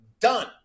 done